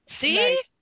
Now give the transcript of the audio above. See